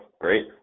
Great